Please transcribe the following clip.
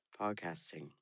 Podcasting